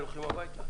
היינו הולכים הבייתה.